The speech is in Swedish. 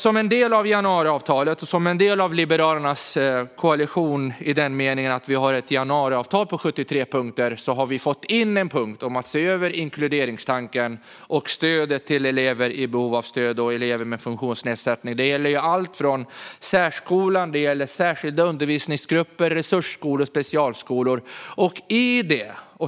Som en del av januariavtalet och som en del av Liberalernas koalition, i den meningen att vi har ett avtal på 73 punkter, har vi fått in en punkt om att se över inkluderingstanken och stödet till elever i behov av särskilt stöd och elever med funktionsnedsättning. Det gäller allt från särskolan och särskilda undervisningsgrupper till resursskolor och specialskolor.